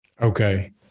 Okay